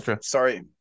Sorry